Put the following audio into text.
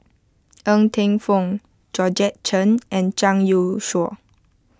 Ng Teng Fong Georgette Chen and Zhang Youshuo